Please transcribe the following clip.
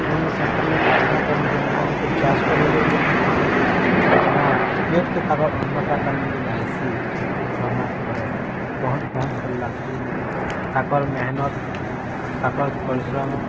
ମୁଇଁ ସେମାନଙ୍କର୍ ଲାଗି ପ୍ରାର୍ଥନା କର୍ମି ଯେନ୍ ମାନେ ଆମକୁ ଚାଷ୍ କରିକରି ଯେନ୍ ମାନେ ଆମର୍ ପ୍ଲେଟ୍ କେ ତାକର୍ ଅନ୍ନଟା ତାର୍ମାନେ ଯେନ୍ ଆଏସି ଛଅ ମାସ୍ ପରେ ବହୁତ୍ ବହୁଁତ୍ ଭଲ୍ ଲାଗ୍ସି ତାକର୍ ମେହେନତ୍ ତାକର୍ ପରିଶ୍ରମ